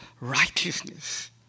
righteousness